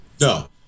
No